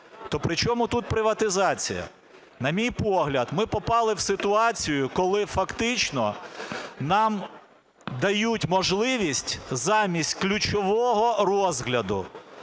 то при чому тут приватизація? На мій погляд, ми попали в ситуацію, коли фактично нам дають можливість замість ключового розгляду,